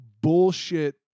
bullshit